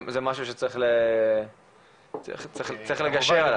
זה משהו שצריך לגשר עליו.